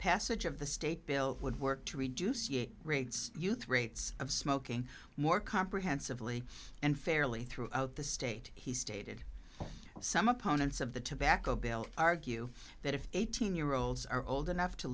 passage of the state bill would work to reduce rates youth rates of smoking more comprehensively and fairly throughout the state he stated some opponents of the tobacco bill argue that if eighteen year olds are old enough to